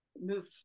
move